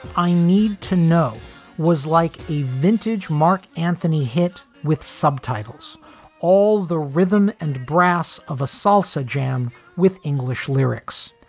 i need to know was like a vintage marc anthony hit with subtitles all the rhythm and brass of a salsa jam with english lyrics.